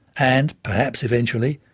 and, perhaps eventually,